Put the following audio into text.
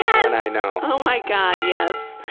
yeah and i know. oh my god, yes.